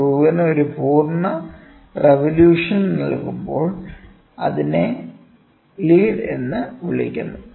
സ്ക്രൂവിന് ഒരു പൂർണ്ണ റിവൊല്യൂഷൻ നൽകുമ്പോൾ അതിനെ ലീഡ് എന്ന് വിളിക്കുന്നു